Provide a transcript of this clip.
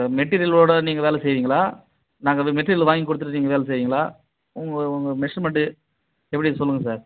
sir மெட்டீரியலோடு நீங்கள் வேலை செய்வீங்களா நாங்கள் போய் மெட்டிரியல் வாங்கிக் கொடுத்துட்டு நீங்கள் வேலை செய்வீங்களா உங்கள் உங்கள் மெஷர்மெண்ட்டு எப்படின்னு சொல்லுங்கள் சார்